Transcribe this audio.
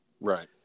right